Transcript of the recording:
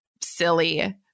silly